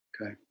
Okay